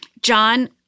John